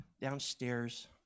downstairs